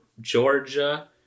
Georgia